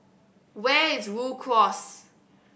where is Rhu Cross